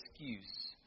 excuse